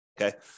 Okay